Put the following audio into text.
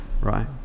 Right